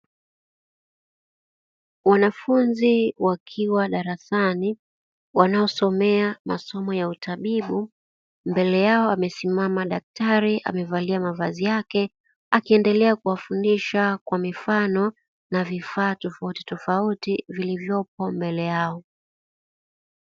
Wanafunzi wakiwa darasani, wanaosomea masomo ya utabibu; mbele yao amesimama daktari, amevalia mavazi yake akiendelea kuwafundisha kwa mifano na vifaa tofautitofauti, vilivyopo mbele yao.